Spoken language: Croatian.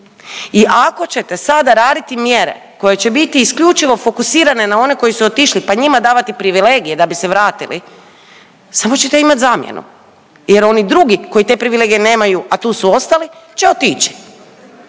I ako ćete sada raditi mjere koje će biti isključivo fokusirane na one koji su otišli, pa njima davati privilegije da bi se vratili, samo ćete imat zamjenu jer oni drugi koji te privilegije nemaju, a tu su ostali, će otići.